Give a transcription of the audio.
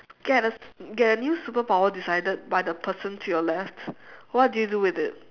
get a get a new superpower decided by the person to your left what do you do with it